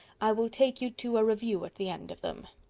i will take you to a review at the end of them.